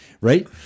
right